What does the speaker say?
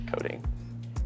coding